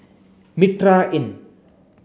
Mitraa Inn